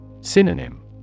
Synonym